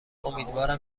امیدوارم